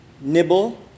nibble